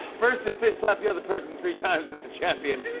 first to fish slap the other person three times is the champion.